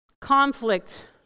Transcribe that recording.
Conflict